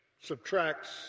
subtracts